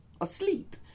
asleep